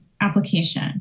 application